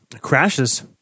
Crashes